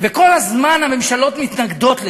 וכל הזמן הממשלות מתנגדות לכך.